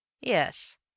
Yes